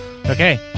Okay